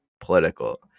political